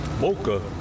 Boca